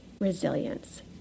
resilience